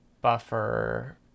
buffer